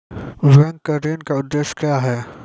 Bank के ऋण का उद्देश्य क्या हैं?